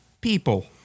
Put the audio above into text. people